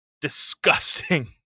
disgusting